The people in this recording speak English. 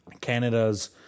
canada's